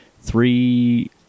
Three